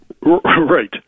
Right